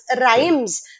rhymes